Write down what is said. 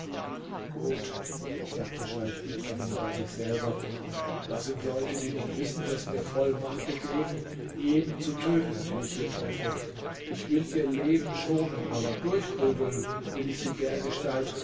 gut sagte scheich ibrahim bei sich selber da sind leute die nicht wissen daß mir vollmacht gegeben jeden zu töten den ich hier treffe ich will ihr leben schonen aber durchprügeln will ich sie dergestalt